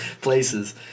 places